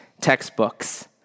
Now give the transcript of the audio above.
textbooks